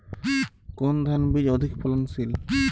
কোন ধান বীজ অধিক ফলনশীল?